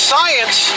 Science